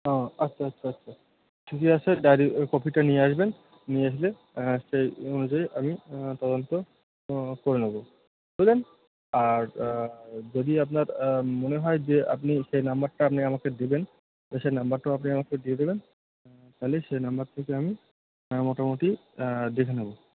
ও আচ্ছা আচ্ছা আচ্ছা ঠিকই আছে ডায়রি কপিটা নিয়ে আসবেন নিয়ে আসলে সেই অনুযায়ী আমি তদন্ত করে নেবো বুঝলেন আর যদি আপনার মনে হয় যে আপনি সে নম্বরটা আপনি আমাকে দেবেন তো সেই নম্বরটাও আপনি আমাকে দিয়ে দেবেন তাহলে সে নম্বর থেকে আমি মোটামোটি দেখে নেবো